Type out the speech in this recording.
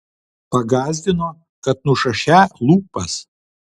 pagąsdino kad nušašią lūpas